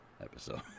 episode